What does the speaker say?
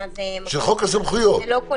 של חוק הסמכויות.